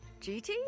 GT